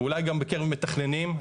אולי גם בקרב מתכננים.